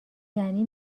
یعنی